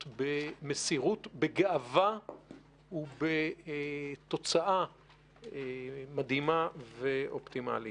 במסירות, בגאווה ובתוצאה מדהימה ואופטימלית.